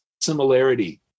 similarity